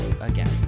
again